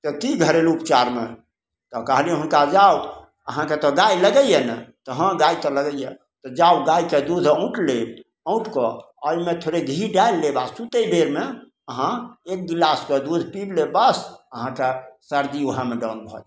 तऽ कि घरेलू उपचारमे तऽ कहलिए हुनका जाउ अहाँके तऽ गाइ लगैए ने हँ गाइ तऽ लगैए जाउ गाइके दूध औँटि लेब औँटिके ओहिमे थोड़े घी डालि लेब आओर सुतै बेरमे अहाँ एक गिलासके दूध पीबि लेब बस अहाँके सरदी वएहमे डाउन भऽ जाएत